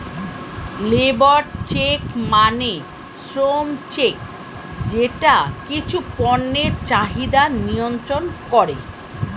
labour check মানে শ্রম check যেটা কিছু পণ্যের চাহিদা নিয়ন্ত্রন করে